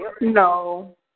No